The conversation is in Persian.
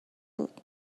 بود